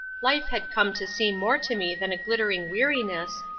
life had come to seem more to me than a glittering weariness,